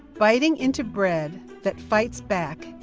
biting into bread that fights back,